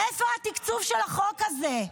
איפה התקצוב של החוק הזה?